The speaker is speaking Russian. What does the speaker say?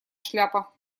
шляпа